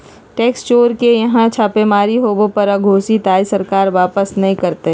tax चोर के यहां छापेमारी होबो पर अघोषित आय सरकार वापस नय करतय